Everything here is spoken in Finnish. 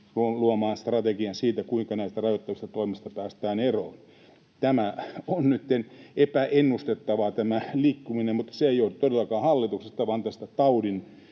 luomaan strategian siitä, kuinka näistä rajoittavista toimista päästään eroon. Tämä liikkuminen on nytten epäennustettavaa, mutta se ei johdu todellakaan hallituksesta vaan tästä